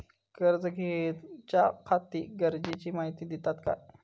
कर्ज घेऊच्याखाती गरजेची माहिती दितात काय?